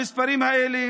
המספרים האלה